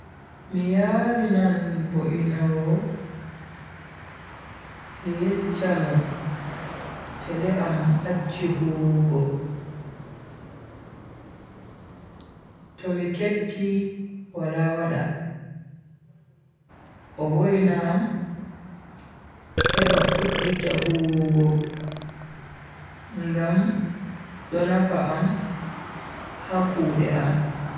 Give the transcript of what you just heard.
Mi yarinan vo'inowo mi yecchamo tele am acchi huwugo, to mi ketti wala wada. O voina am heba fudditi huwugo ngam do nafa am ha kuude am.